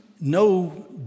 no